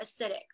acidic